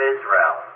Israel